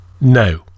no